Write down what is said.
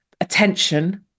attention